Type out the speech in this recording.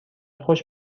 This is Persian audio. خوش